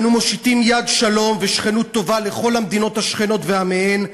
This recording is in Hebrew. אנו מושיטים יד שלום ושכנות טובה לכל המדינות השכנות ועמיהן,